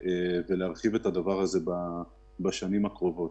אנחנו כן רוצים להרחיב את זה בשנים הקרובות.